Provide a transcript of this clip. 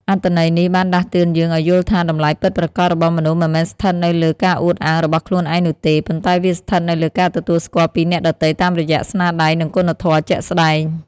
អត្ថន័យនេះបានដាស់តឿនយើងឱ្យយល់ថា តម្លៃពិតប្រាកដរបស់មនុស្សមិនមែនស្ថិតនៅលើការអួតអាងរបស់ខ្លួនឯងនោះទេ ប៉ុន្តែវាស្ថិតនៅលើការទទួលស្គាល់ពីអ្នកដទៃតាមរយៈស្នាដៃ និងគុណធម៌ជាក់ស្ដែង។